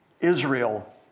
Israel